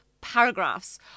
paragraphs